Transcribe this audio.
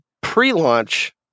pre-launch